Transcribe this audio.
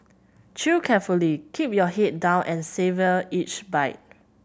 chew carefully keep your head down and savour each bite